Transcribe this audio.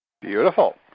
Beautiful